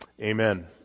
Amen